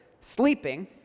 sleeping